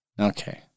Okay